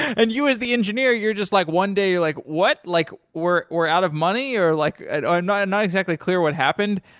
and you as the engineer, you're just like one day, you're like, what? like we're we're out of money. like ah not not exactly clear what happened,